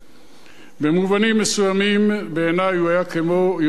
במובנים מסוימים, בעיני הוא היה כמו יהושע בן נון,